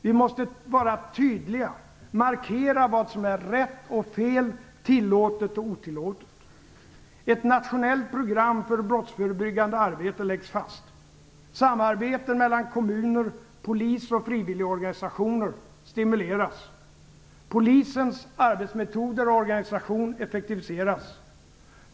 Vi måste vara tydliga, markera vad som är rätt och fel, tillåtet och otillåtet. Ett nationellt program för brottsförebyggande arbete läggs fast. Samarbetet mellan kommuner, polis och frivilligorganisationer stimuleras. Polisens arbetsmetoder och organisation effektiviseras.